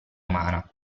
umana